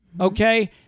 okay